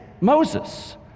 Moses